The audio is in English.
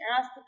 ask